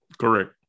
Correct